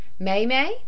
Maymay